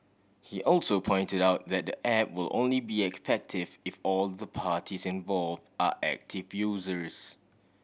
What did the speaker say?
he also pointed out that the app will only be effective if all the parties involve are active users